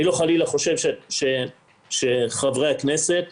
אני חלילה לא חושב שחברי הכנסת